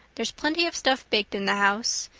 there's plenty of stuff baked in the house.